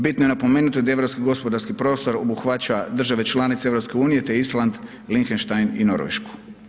Bitno je napomenuti da europski gospodarski prostor obuhvaća države članice EU te Island, Liechtenstein i Norvešku.